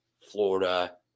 Florida